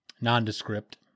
nondescript